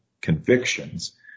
convictions